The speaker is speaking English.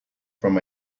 from